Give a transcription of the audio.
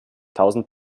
tausend